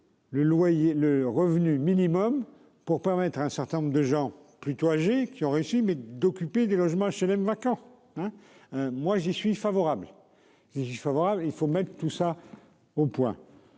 le revenu minimum pour permettre un certain nombre de gens plutôt âgés qui ont réussi mais d'occuper des logements HLM vacants hein. Moi j'y suis favorable et dit favorable, il faut mettre tout ça au point.